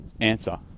Answer